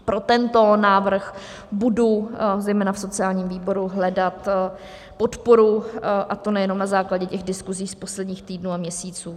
Pro tento návrh budu zejména v sociálním výboru hledat podporu, a to nejenom na základě diskuzí z posledních týdnů a měsíců.